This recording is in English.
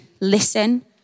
listen